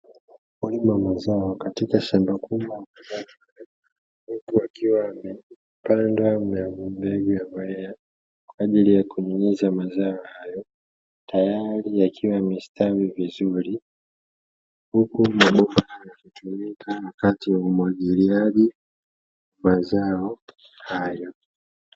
Mazao ya biashara yalio komaa katika eneo la shamba tayari kwa kuvunwa ili kupelekwa kwenye masoko mbali mbali, kwa ajili ya kuuzwa kwa bei ya jumla na reja reja ikiwa na thamani ya bidhaa tofauti sokoni.